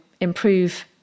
improve